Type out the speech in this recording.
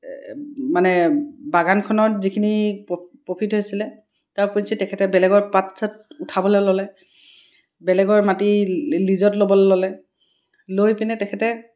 মানে বাগানখনত যিখিনি প্ৰফিট হৈছিলে তাৰ ওপৰঞ্চি তেখেতে বেলেগৰ পাত চাত উঠাবলৈ ল'লে বেলেগৰ মাটি লিজত ল'বলৈ ল'লে লৈ পিনে তেখেতে